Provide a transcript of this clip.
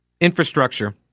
infrastructure